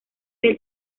del